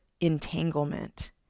entanglement